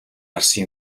гарсан